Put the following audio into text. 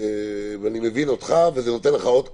ואני מבין אותך וזה נותן לך עוד כלי.